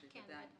כן.